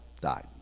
Died